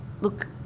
look